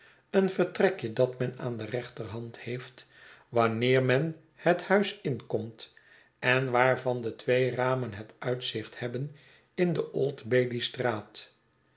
een vertrekje dat men aan de rechterhand heeft wanneer men het huis inkomt en waarvan de twee ram en het uitzicht hebben in de old